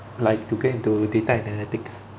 like to get into data analytics